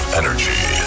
energy